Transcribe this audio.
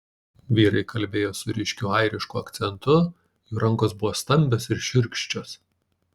vyrai kalbėjo su ryškiu airišku akcentu jų rankos buvo stambios ir šiurkščios